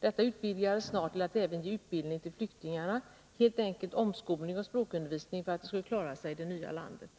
Detta utvidgades snart till att även omfatta utbildning av flyktingarna — helt enkelt omskolning och språkundervisning för att de skulle klara sig i det nya landet.